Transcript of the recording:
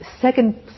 second